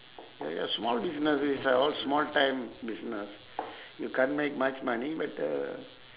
ya ya small business is uh all small time business you can't make much money but uh